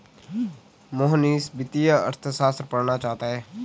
मोहनीश वित्तीय अर्थशास्त्र पढ़ना चाहता है